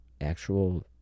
actual